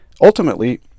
Ultimately